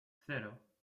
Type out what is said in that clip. cero